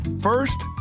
First